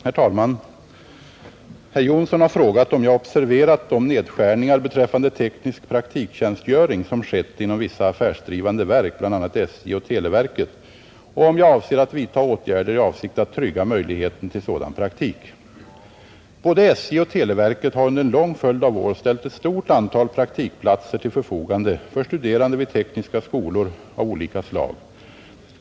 Herr talman! Herr Jonsson i Alingsås har frågat om jag observerat de nedskärningar beträffande teknisk praktiktjänstgöring som skett inom vissa affärsdrivande verk, bl.a. SJ och televerket, och om jag avser att vidta åtgärder i avsikt att trygga möjligheten till sådan praktik. Både SJ och televerket har under en lång följd av år ställt ett stort antal praktikplatser till förfogande för studerande vid tekniska skolor av olika slag.